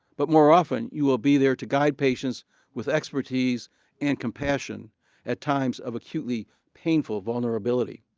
but more often you will be there to guide patients with expertise and compassion at times of acutely painful vulnerability.